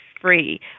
free